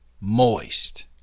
moist